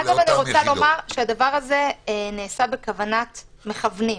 אני רוצה לומר שהדבר הזה נעשה בכוונת מכוונים.